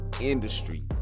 industry